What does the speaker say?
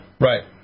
Right